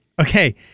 Okay